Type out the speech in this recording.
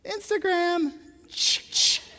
Instagram